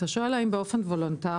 אתה שואל האם באופן וולונטרי